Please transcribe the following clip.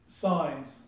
signs